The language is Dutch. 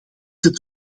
het